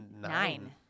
nine